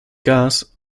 gas